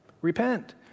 repent